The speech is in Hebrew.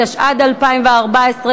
התשע"ד 2014,